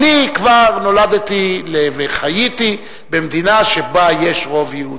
אני כבר נולדתי וחייתי במדינה שבה יש רוב יהודי.